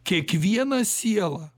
kiekvieną sielą